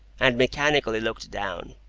and mechanically looked down,